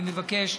אני מבקש,